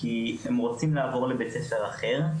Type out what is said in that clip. שהם רוצים לעבור לבית ספר אחר,